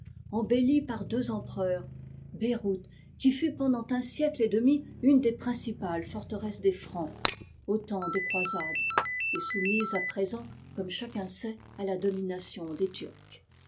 embellie par deux empereurs beirout qui fut pendant un siècle et demi une des principales forteresses des francs au temps des croisades est soumise à présent comme chacun sait à la domination des turcs